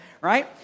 right